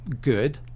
good